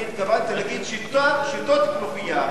אני התכוונתי להגיד שיטות כנופיה.